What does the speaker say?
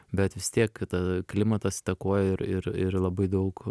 bet vis tiek ta klimatas įtakoja ir ir ir labai daug